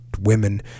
women